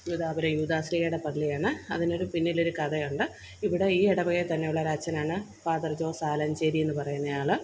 യൂദാപുരം യൂദാശ്ലീഹയുടെ പള്ളിയാണ് അതിനൊരു പിന്നിൽ ഒരു കഥയുണ്ട് ഇവിടെ ഈ ഇടവകയിൽ തന്നെയുള്ള ഒരു അച്ഛനാണ് ഫാദര് ജോസ് ആലഞ്ചേരി എന്നു പറയുന്ന ആൾ